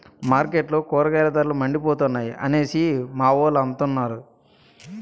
మార్కెట్లో కూరగాయల ధరలు మండిపోతున్నాయి అనేసి మావోలు అంతన్నారు